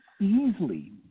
easily